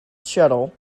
shuttle